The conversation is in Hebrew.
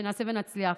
נעשה ונצליח.